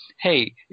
hey